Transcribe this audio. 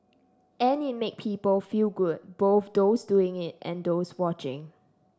and it made people feel good both those doing it and those watching